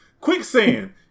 quicksand